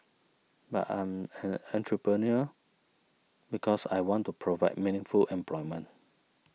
but I'm an entrepreneur because I want to provide meaningful employment